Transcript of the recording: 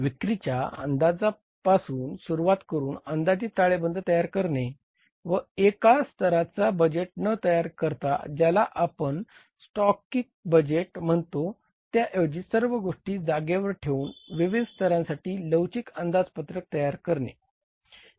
विक्रीच्या अंदाजापासून सुरुवात करून अंदाजित ताळेबंद तयार करणे व एका स्तराचा बजेट न तयार करता ज्याला आपण स्टॅटिक बजेट म्हणतो त्याऐवजी सर्व गोष्टी जागेवर ठेवून विविध स्तरांसाठी लवचिक अंदाजपत्रक तयार करणे